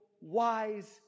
wise